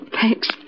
Thanks